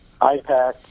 IPAC